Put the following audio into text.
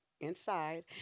inside